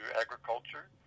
agriculture